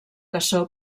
cassó